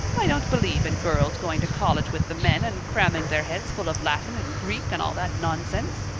i don't believe in girls going to college with the men and cramming their heads full of latin and greek and all that nonsense.